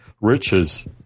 riches